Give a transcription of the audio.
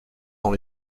dans